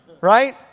Right